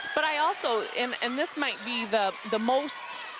but i also and and this might be the the most